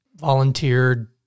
volunteered